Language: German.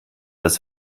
das